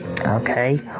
Okay